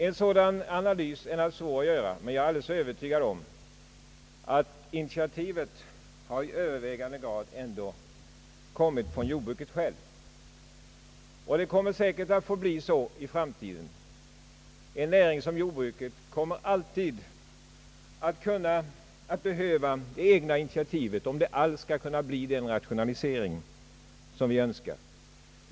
En sådan analys är naturligtvis svår att göra, men jag är alldeles övertygad om att initiativet i övervägande grad ändå kommit från jordbruket självt, och så kommer det säkert att förbli även i framtiden. En näring som jordbruket kommer alltid att behöva det egna initiativet om det alls skall kunna bli en sådan rationalisering som vi Önskar.